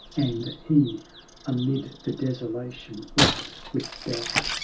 and he amid the desolation, wept with doubt!